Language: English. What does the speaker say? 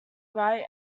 write